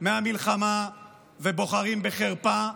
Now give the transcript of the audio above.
מהמלחמה ובוחרים בחרפה,